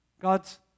God's